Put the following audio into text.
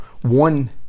One